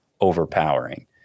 overpowering